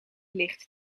licht